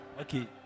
Okay